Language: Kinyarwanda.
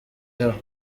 yaho